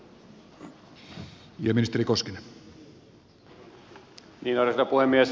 arvoisa herra puhemies